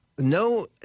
No